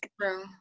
true